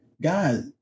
Guys